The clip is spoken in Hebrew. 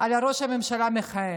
על ראש הממשלה המכהן,